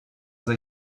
they